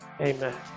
amen